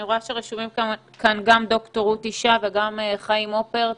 אני רואה שרשומים כאן גם ד"ר רות ישי וגם חיים הופרט.